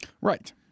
Right